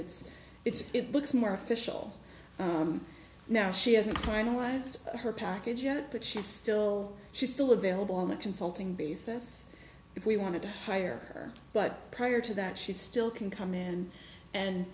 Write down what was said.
it's it's it looks more official now she hasn't finalized her package yet but she's still she's still available on a consulting basis if we want to hire but prior to that she still can come in and